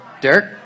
Derek